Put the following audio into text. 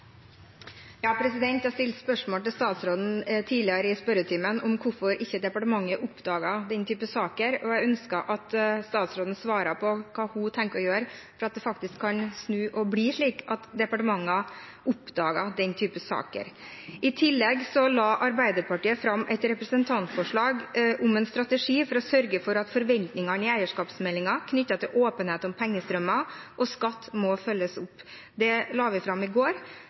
spørsmål til statsråden tidligere i spørretimen om hvorfor ikke departementet oppdaget denne type saker. Jeg ønsker at statsråden svarer på hva hun tenker å gjøre for at det faktisk kan snu og bli slik at departementer oppdager den type saker. I tillegg la Arbeiderpartiet fram et representantforslag om en strategi for å sørge for at forventningene i eierskapsmeldingen knyttet til åpenhet om pengestrømmer og skatt må følges opp. Det la vi fram i går.